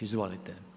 Izvolite.